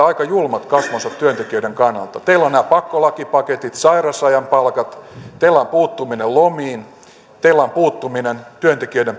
aika julmat kasvonsa työntekijöiden kannalta teillä on nämä pakkolakipaketit sairausajan palkat teillä on puuttuminen lomiin teillä on puuttuminen työntekijöiden